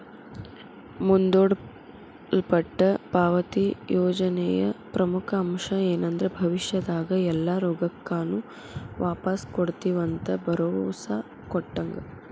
ಮುಂದೂಡಲ್ಪಟ್ಟ ಪಾವತಿ ಯೋಜನೆಯ ಪ್ರಮುಖ ಅಂಶ ಏನಂದ್ರ ಭವಿಷ್ಯದಾಗ ಎಲ್ಲಾ ರೊಕ್ಕಾನು ವಾಪಾಸ್ ಕೊಡ್ತಿವಂತ ಭರೋಸಾ ಕೊಟ್ಟಂಗ